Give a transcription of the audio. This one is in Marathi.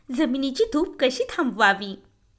जमिनीची धूप कशी थांबवावी?